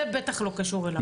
זה בטח לא קשור אליו.